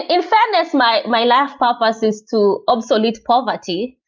in fairness, my my life purpose is to obsolete poverty.